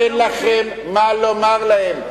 אין לכם מה לומר להם.